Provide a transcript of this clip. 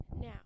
Now